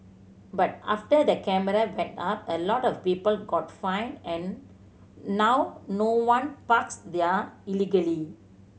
but after the camera went up a lot of people got fined and now no one parks there illegally